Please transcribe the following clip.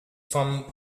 vom